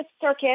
Circuit